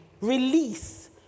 release